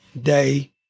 day